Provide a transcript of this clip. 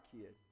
kid